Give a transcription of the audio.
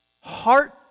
heart